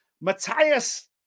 Matthias